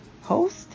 host